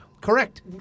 Correct